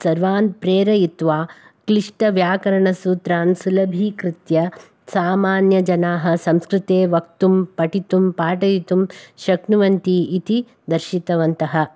सर्वान् प्रेरयित्वा क्लिष्टव्याकरणसूत्रान् सुलभीकृत्य सामान्यजनाः संस्कृते वक्तुं पठितुं पाठयितुं शक्नुवन्ति इति दर्शितवन्तः